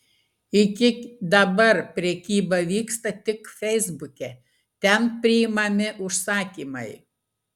iki dabar prekyba vyksta tik feisbuke ten priimami užsakymai